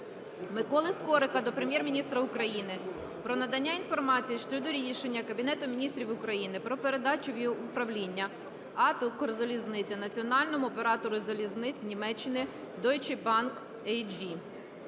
Миколи Скорика до Прем'єр-міністра України про надання інформації щодо рішення Кабінету Міністрів України про передачу в управління АТ "Укрзалізниця" національному оператору залізниць Німеччини Deutsche Bahn AG.